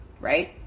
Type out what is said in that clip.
Right